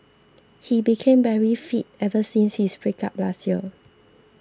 he became very fit ever since his breakup last year